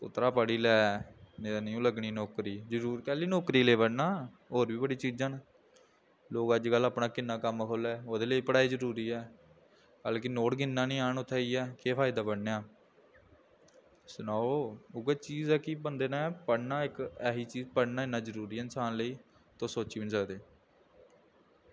पुत्तरा पढ़ी लै नेईं ते नेईं लग्गनी नौकरी जरूर कैल्ली नौकरी लेई पढ़ना होर बी बड़ियां चीज़ां न लोग अज्जकल अपना किन्ना कम्म खोह्ल्ला दे ओह्दे लेई पढ़ाई जरूरी ऐ कल गी नोट गिनना निं आन उत्थें जाइयै केह् फैदा पढ़ने दा सनाओ उ'ऐ चीज़ ऐ कि बंदे ने पढ़ना इक ऐसी चीज पढ़ना इन्ना जरूरी ऐ इंसान लेई तुस सोची बी निं सकदे